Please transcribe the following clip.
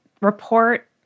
report